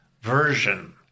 version